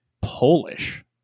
Polish